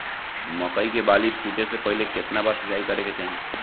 मकई के बाली फूटे से पहिले केतना बार सिंचाई करे के चाही?